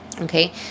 okay